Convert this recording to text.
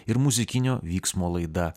ir muzikinio vyksmo laida